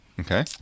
Okay